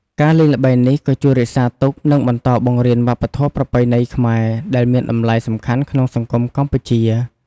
ការលេងល្បែងនេះក៏ជួយរក្សាទុក និងបន្តបង្រៀនវប្បធម៌ប្រពៃណីខ្មែរ ដែលមានតម្លៃសំខាន់ក្នុងសង្គមកម្ពុជា។